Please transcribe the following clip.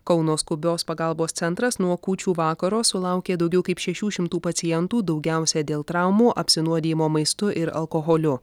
kauno skubios pagalbos centras nuo kūčių vakaro sulaukė daugiau kaip šešių šimtų pacientų daugiausia dėl traumų apsinuodijimo maistu ir alkoholiu